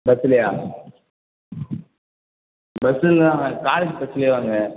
பஸ்ஸுலையா பஸ்ஸுலெலாம் வே காலேஜ் பஸ்லேயே வாங்க